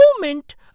moment